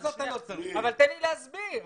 תן לי להסביר.